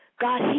God